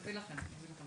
נביא לכם.